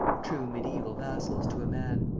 true mediaeval vassals to a man.